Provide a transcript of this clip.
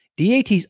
DAT's